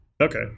okay